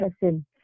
person